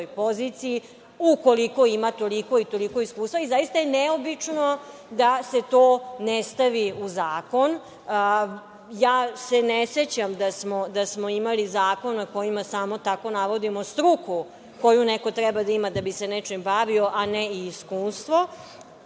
poziciji ukoliko ima toliko i toliko iskustva. Zaista je neobično da se to ne stavi u zakon. Ne sećam se da smo imali zakon na kojima samo tako navodimo struku koju neko treba da ima da bi se nečim bavio, a ne i iskustvo